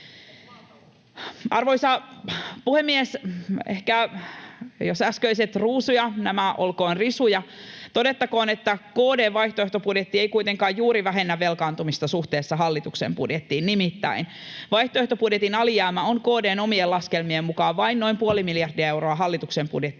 Arvoisa puhemies! Jos äskeiset olivat ehkä ruusuja, nämä olkoon risuja. Todettakoon, että KD:n vaihtoehtobudjetti ei kuitenkaan juuri vähennä velkaantumista suhteessa hallituksen budjettiin. Nimittäin vaihtoehtobudjetin alijäämä on KD:n omien laskelmien mukaan vain noin puoli miljardia euroa hallituksen budjettia pienempi,